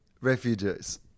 refugees